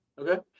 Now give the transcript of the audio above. Okay